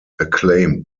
acclaimed